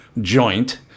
joint